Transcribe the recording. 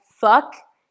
fuck